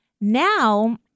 now